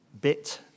bit